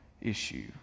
issue